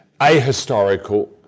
ahistorical